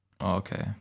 Okay